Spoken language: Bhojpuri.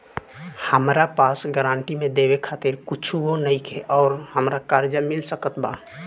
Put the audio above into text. हमरा पास गारंटी मे देवे खातिर कुछूओ नईखे और हमरा कर्जा मिल सकत बा?